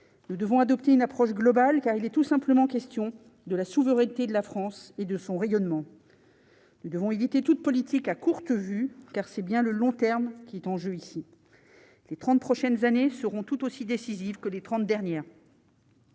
nous devons adopter une approche globale, car il est tout simplement question de la souveraineté de la France et de son rayonnement, nous devons éviter toute politique à courte vue, car c'est bien le long terme qui est en jeu ici, les 30 prochaines années seront tout aussi décisif que les 30 dernières.